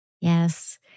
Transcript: Yes